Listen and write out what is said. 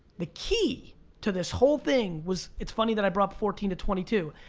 the key to this whole thing was, it's funny that i brought fourteen to twenty two,